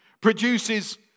produces